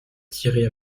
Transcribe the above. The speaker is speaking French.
tiré